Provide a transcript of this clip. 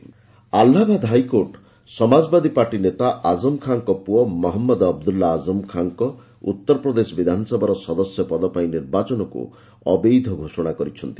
UP Abdullah Azam Allahabad high court Samajwadi party ନେତା ଆଜମ ଖାଁଙ୍କ ପୁଅ ମହମ୍ମଦ ଅବଦୁଲ୍ଲା ଆଜମ ଖାଁଙ୍କ ଉତ୍ତରପ୍ରଦେଶ ବିଧାନସଭାର ସଦସ୍ୟ ପଦ ପାଇଁ ନିର୍ବାଚନକୁ ଅବୈଧ ଘୋଷଣା କରିଛନ୍ତି